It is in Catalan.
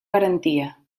garantia